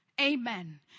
Amen